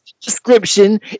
description